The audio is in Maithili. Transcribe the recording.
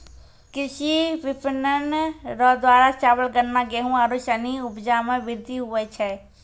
कृषि विपणन रो द्वारा चावल, गन्ना, गेहू आरू सनी उपजा मे वृद्धि हुवै छै